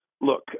look